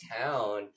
town